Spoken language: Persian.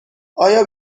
آیا